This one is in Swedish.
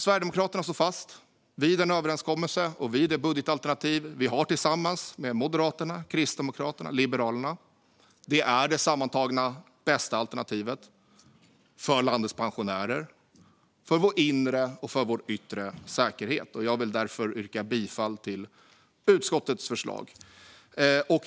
Sverigedemokraterna står fast vid den överenskommelse och det budgetalternativ vi har tillsammans med Moderaterna, Kristdemokraterna och Liberalerna. Det är det sammantaget bästa alternativet för landets pensionärer och för vår inre och yttre säkerhet. Jag vill därför yrka bifall till utskottets förslag.